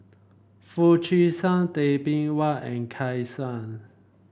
Foo Chee San Tay Bin Wee and Kay Sun